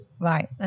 Right